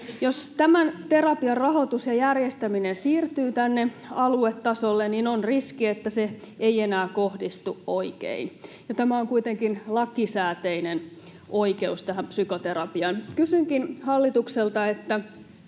Jos tämän terapian rahoitus ja järjestäminen siirtyy aluetasolle, niin on riski, että se ei enää kohdistu oikein, ja psykoterapiaan on kuitenkin lakisääteinen oikeus. Kysynkin hallitukselta: